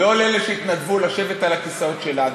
לא לאלה שהתנדבו לשבת על הכיסאות שלנו,